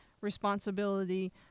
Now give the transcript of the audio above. responsibility